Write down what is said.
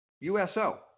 USO